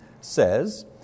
says